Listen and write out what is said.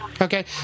Okay